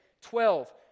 Twelve